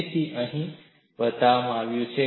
તેથી તે અહીં બતાવવામાં આવ્યું છે